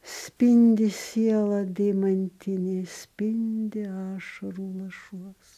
spindi siela deimantinė spindi ašaruošuos